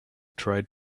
tried